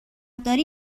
داری